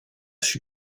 fut